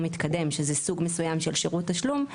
מתקדם שזה סוג מסוים של שירות תשלום,